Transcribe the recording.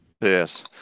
yes